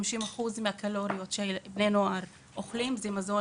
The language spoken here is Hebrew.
50% מהקלוריות שבני הנוער צורכים הן מזון